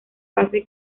pase